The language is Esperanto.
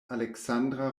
aleksandra